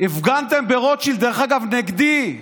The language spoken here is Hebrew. הפגנתם ברוטשילד, דרך אגב, נגדי,